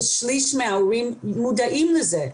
כשליש מההורים מודעים לזה.